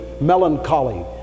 melancholy